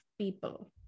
people